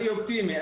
אני אופטימי.